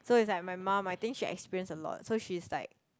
so is like my mum I think she experience a lot so she's like